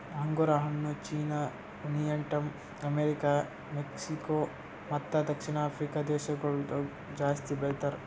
ಅಂಗುರ್ ಹಣ್ಣು China, Vietnam, America, Mexico ಮತ್ತ ದಕ್ಷಿಣ ಆಫ್ರಿಕಾ ದೇಶಗೊಳ್ದಾಗ್ ಜಾಸ್ತಿ ಬೆಳಿತಾರ್